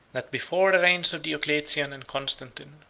that before the reigns of diocletian and constantine,